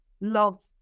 love